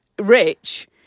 Rich